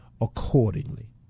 accordingly